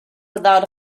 without